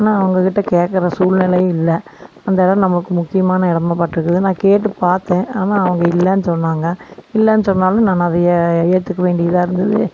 ஆனால் அவங்க கிட்டே கேட்குற சூழ்நிலையும் இல்லை அந்த இடம் நமக்கு முக்கியமாக இடமா பட்டிருக்குது நான் கேட்டு பார்த்தேன் ஆனால் அவங்க இல்லைன்னு சொன்னாங்க இல்லைன்னு சொன்னாலும் நான் அதையே ஏற்றுக்க வேண்டியதாக இருந்தது